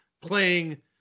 playing